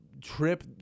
trip